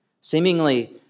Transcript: seemingly